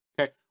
okay